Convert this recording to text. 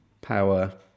power